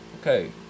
Okay